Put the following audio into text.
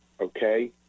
okay